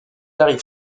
arrive